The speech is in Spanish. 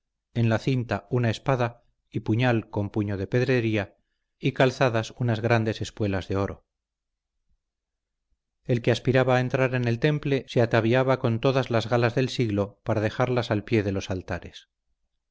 en la cinta una espada y puñal con puño de pedrería y calzadas unas grandes espuelas de oro el que aspiraba a entrar en el temple se ataviaba con todas las galas del siglo para dejarlas al pie de los altares